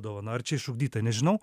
dovana ar čia išugdyta nežinau